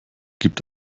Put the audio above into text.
gibt